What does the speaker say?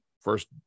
first